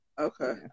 okay